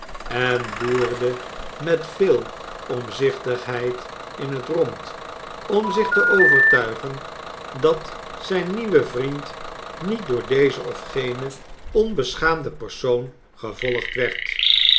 en loerde met veel omzichtigheid in het rond om zich te overtuigen dat zijn nieuwe vriend niet door deze of genen onbeschaamden persoon gevolgd werd